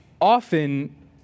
often